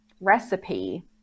recipe